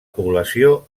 població